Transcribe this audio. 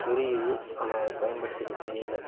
புரியுது ஆனால் அதை பயன்படுத்திக்க தெரியல